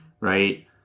Right